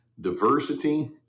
diversity